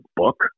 book